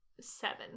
seven